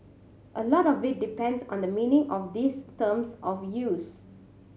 a lot of it depends on the meaning of these terms of use